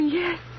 yes